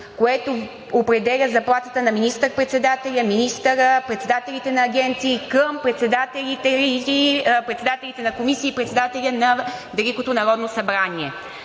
което определя заплатата на министър-председателя, министъра, председателите на агенции към председателите на комисии и председателя на Великото народно събрание.